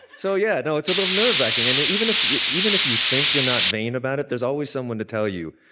so yeah. no, it's a little nerve wracking. and even if even if you think you're not vain about it, there's always someone to tell you.